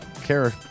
care